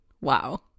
Wow